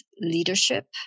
leadership